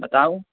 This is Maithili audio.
बताउ